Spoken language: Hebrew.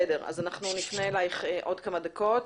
נפנה אלייך בעוד כמה דקות.